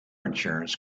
insurance